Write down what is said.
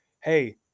hey